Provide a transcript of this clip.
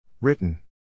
Written